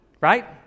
Right